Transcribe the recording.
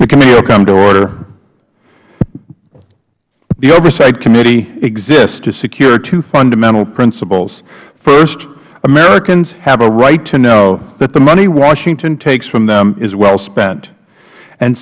will come to order the oversight committee exists to secure two fundamental principles first americans have a right to know that the money washington takes from them is well spent and